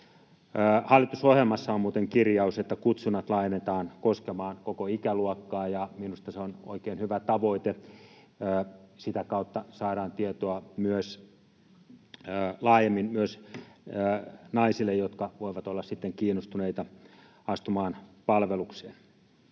Hallitusohjelmassa on muuten kirjaus, että kutsunnat laajennetaan koskemaan koko ikäluokkaa, ja minusta se on oikein hyvä tavoite. Sitä kautta saadaan tietoa laajemmin myös naisille, jotka voivat olla sitten kiinnostuneita astumaan palvelukseen.